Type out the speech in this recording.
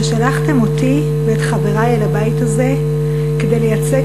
ששלחתם אותי ואת חברי אל הבית הזה כדי לייצג